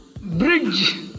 Bridge